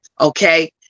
okay